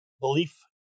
belief